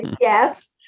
Yes